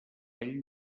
ell